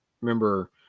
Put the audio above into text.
remember